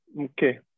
Okay